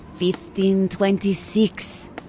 1526